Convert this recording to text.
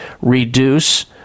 reduce